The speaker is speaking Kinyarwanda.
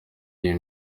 iyi